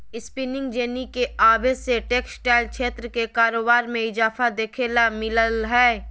spinning jenny के आवे से टेक्सटाइल क्षेत्र के कारोबार मे इजाफा देखे ल मिल लय हें